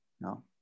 no